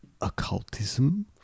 occultism